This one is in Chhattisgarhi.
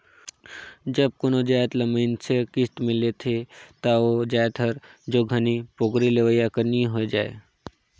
जब कोनो जाएत ल मइनसे हर किस्त में लेथे ता ओ जाएत हर ओ घनी पोगरी लेहोइया कर नी होए जाए